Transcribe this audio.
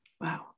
Wow